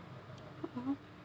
mmhmm